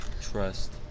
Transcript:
trust